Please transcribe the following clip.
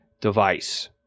device